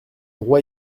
roi